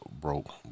broke